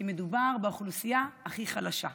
כי מדובר באוכלוסייה הכי חלשה.